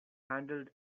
handled